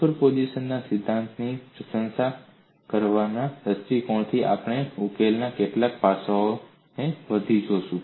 સુપરપોઝિશનના સિદ્ધાંતની પ્રશંસા કરવાના દૃષ્ટિકોણથી આપણે ઉકેલના કેટલાક પાસાઓને વધુ જોશું